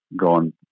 gone